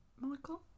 Michael